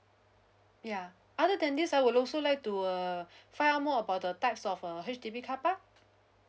yeah other than this I would also like to uh find out more about the types of a H_D_B carpark